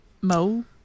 Mo